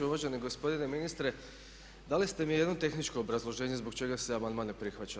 Uvaženi gospodine ministre dali ste mi jedno tehničko obrazloženje zbog čega se amandman ne prihvaća.